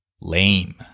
Lame